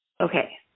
Okay